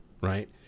right